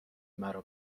مرا